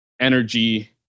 energy